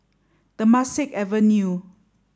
Temasek Avenue